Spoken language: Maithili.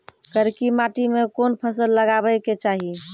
करकी माटी मे कोन फ़सल लगाबै के चाही?